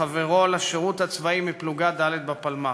חברו לשירות הצבאי מפלוגה ד' בפלמ"ח.